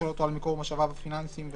עסקים --- אם